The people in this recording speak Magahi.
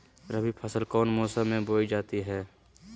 रबी फसल कौन मौसम में बोई जाती है?